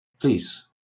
Please